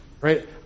right